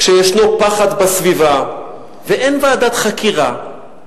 כשיש פחד בסביבה ואין ועדת חקירה.